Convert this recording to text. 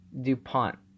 DuPont